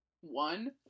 one